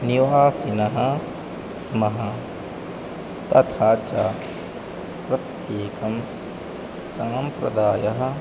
निवासिनः स्मः तथा च प्रत्येकं सम्प्रदायः